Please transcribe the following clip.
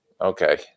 Okay